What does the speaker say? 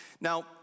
Now